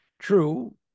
True